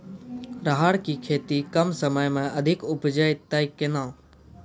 राहर की खेती कम समय मे अधिक उपजे तय केना?